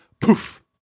Poof